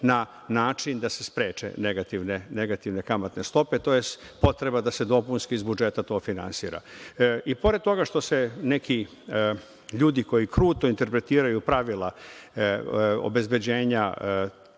na način da se spreče negativne kamatne stope, tj. potreba da se dopunski iz budžeta to finansira. Pored toga što se neki ljudi koji kruto interpretiraju pravila obezbeđenja